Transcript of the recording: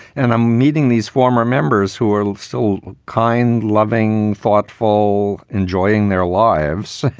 and i'm meeting these former members who are so kind, loving, thoughtful, enjoying their lives.